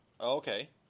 okay